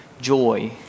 joy